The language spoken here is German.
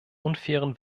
unfairen